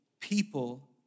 people